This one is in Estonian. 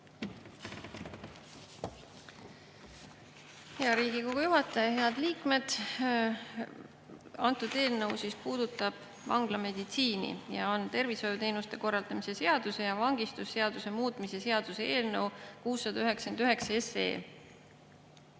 Hea Riigikogu juhataja! Head liikmed! Eelnõu puudutab vanglameditsiini, see on tervishoiuteenuste korraldamise seaduse ja vangistusseaduse muutmise seaduse eelnõu 699.